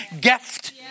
gift